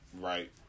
Right